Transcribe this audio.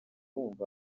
wumva